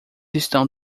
estão